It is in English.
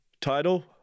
title